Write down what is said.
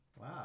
Wow